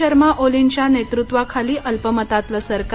शर्मा ओलींच्या नेतृत्वाखाली अल्पमतातलं सरकार